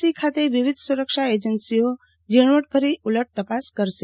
C ખાતે વિવિધ સુરક્ષા એજન્સીઓ ઝીણવટભરી ઉલટ તપાસ કરશે